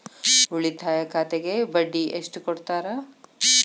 ಉಳಿತಾಯ ಖಾತೆಗೆ ಬಡ್ಡಿ ಎಷ್ಟು ಕೊಡ್ತಾರ?